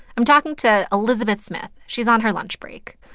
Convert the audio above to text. i'm talking to elizabeth smith. she's on her lunch break.